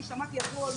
אני שמעתי הכול,